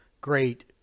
Great